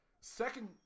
Second